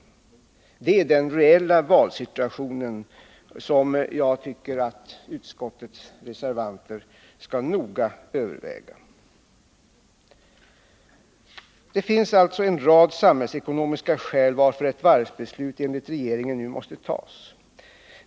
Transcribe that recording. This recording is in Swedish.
Det är den reella valsituationen, som jag tycker att utskottets reservanter noga skall överväga. Det finns alltså en rad samhällsekonomiska skäl till att ett varvsbeslut enligt regeringen nu måste tas.